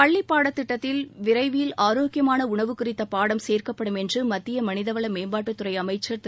பள்ளிப் பாடத்திட்டத்தில் விரைவில் ஆரோக்கியமான உணவு குறித்த பாடம் சேர்க்கப்படும் என்று மத்திய மனிதவள மேம்பாட்டுத்துறை அமைச்சர் திரு